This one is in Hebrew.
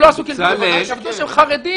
הוא שמע בשקט את מה